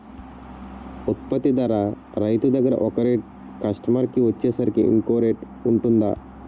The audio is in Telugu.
ఉత్పత్తి ధర రైతు దగ్గర ఒక రేట్ కస్టమర్ కి వచ్చేసరికి ఇంకో రేట్ వుంటుందా?